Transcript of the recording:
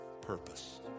purpose